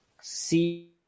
see